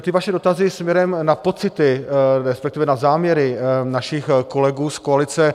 Ty vaše dotazy směrem na pocity, respektive na záměry našich kolegů z koalice...